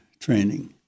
training